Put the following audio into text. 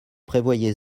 prévoyez